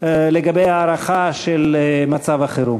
לגבי ההארכה של מצב החירום.